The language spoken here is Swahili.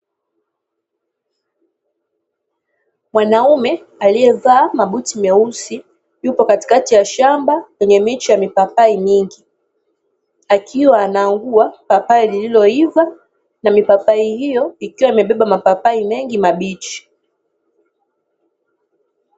Mwanaume aliyevaa mabuti meusi yupo katikati ya shamba lenye miche ya mipapai mingi, akiwa anaangua papai lililoiva na mipapai hiyo ikiwa imebeba mapapai meingi mabichi.